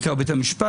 בעיקר בית המשפט,